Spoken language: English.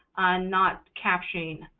not captioning.